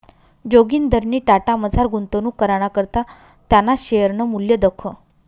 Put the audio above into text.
जोगिंदरनी टाटामझार गुंतवणूक कराना करता त्याना शेअरनं मूल्य दखं